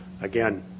Again